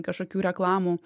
kažkokių reklamų